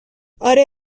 آره